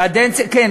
כן.